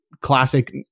classic